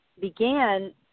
began